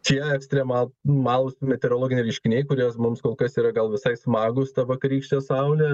tie ekstrema malūs meteorologiniai reiškiniai kuriuos mums kol kas yra gal visai smagūs ta vakarykštė saulė